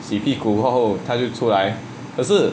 洗屁股后后他就出来可是